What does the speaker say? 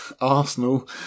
Arsenal